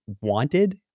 wanted